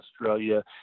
Australia